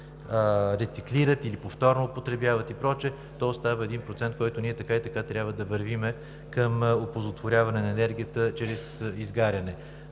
рециклират или повторно употребяват и прочее, то остава 1%, към който ние така и така трябва да вървим – оползотворяване на енергията чрез изгаряне.